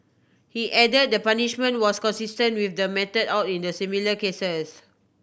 he add the punishment was consistent with the meted out in the similar cases